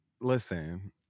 listen